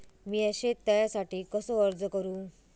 मीया शेत तळ्यासाठी कसो अर्ज करू?